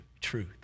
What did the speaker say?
truth